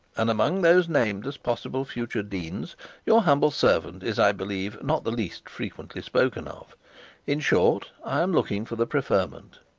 and among those named as possible future deans your humble servant is, i believe, not the least frequently spoken of in short, i am looking for the preferment.